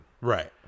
right